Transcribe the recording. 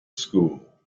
school